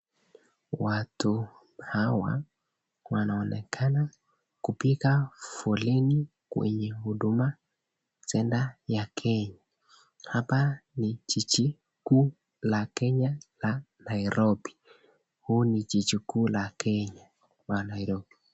Watu hawa wanaonekana kupiga foleni kwenye huduma center ya Kenya. Hapa ni jiji kuu la Kenya la Nairobi. Huu ni jiji kuu la Kenya wa Nairobi.